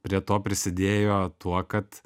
prie to prisidėjo tuo kad